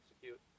execute